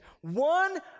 one